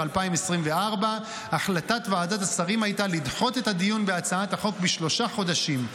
2024. החלטת ועדת השרים הייתה לדחות את הדיון בהצעת החוק בשלושה חודשים.